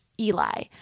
Eli